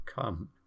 come